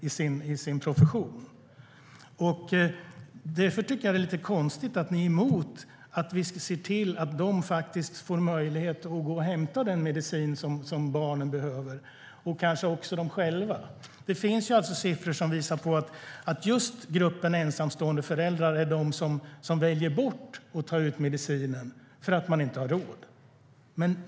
Därför tycker jag att det är lite konstigt att ni är emot att vi ser till att de faktiskt får möjlighet att gå och hämta ut den medicin som barnen behöver, och kanske också de själva. Det finns siffror som visar på att just gruppen ensamstående föräldrar är den grupp som väljer bort att hämta ut medicin därför att man inte har råd.